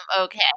Okay